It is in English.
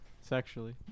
sexually